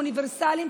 אוניברסליים,